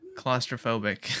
claustrophobic